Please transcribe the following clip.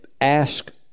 ask